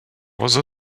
other